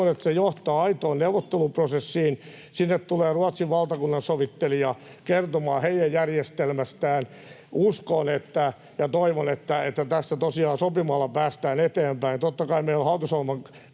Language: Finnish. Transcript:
se johtaa aitoon neuvotteluprosessiin. Sinne tulee Ruotsin valtakunnansovittelija kertomaan heidän järjestelmästään. Uskon ja toivon, että tässä tosiaan sopimalla päästään eteenpäin.